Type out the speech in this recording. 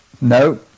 No